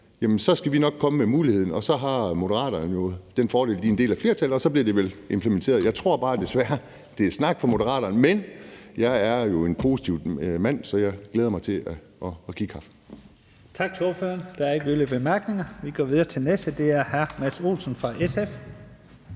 så skal vi nok komme med muligheden, og så har Moderaterne jo den fordel, at de er en del af flertallet, og så bliver det vel implementeret. Jeg tror bare desværre, at det er snak fra Moderaternes side. Men jeg er jo en positiv mand, så jeg glæder mig til at give kaffe. Kl. 16:08 Første næstformand (Leif Lahn Jensen): Tak til ordføreren. Der er ikke yderligere korte bemærkninger. Vi går videre til den næste, og det er hr. Mads Olsen fra SF.